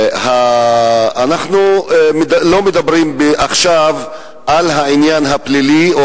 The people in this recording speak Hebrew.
אנחנו לא מדברים עכשיו על העניין הפלילי או